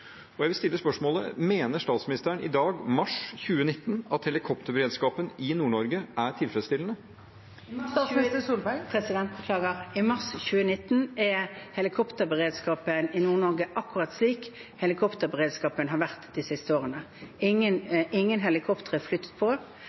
Jeg vil stille spørsmålet: Mener statsministeren i dag, i mars 2019, at helikopterberedskapen i Nord-Norge er tilfredsstillende? I mars 2019 er helikopterberedskapen i Nord-Norge akkurat slik helikopterberedskapen har vært de siste årene. Ingen helikoptre er flyttet på. Det